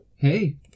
Hey